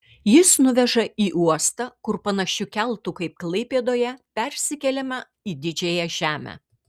jis nuveža į uostą kur panašiu keltu kaip klaipėdoje persikeliama į didžiąją žemę